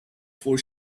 four